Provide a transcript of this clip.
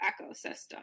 ecosystem